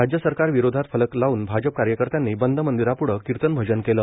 राज्य सरकार विरोधात फलक लाऊन भाजप कार्यकर्त्यांनी बंद मंदिरापदं कीर्तन भजन केलं